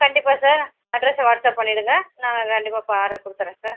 கண்டிப்பாக சார் அட்ரெஸ்ஸை வாட்சப் பண்ணிருங்க நான் கண்டிப்பாக ஆர்டர் கொடுத்துட்ர சார்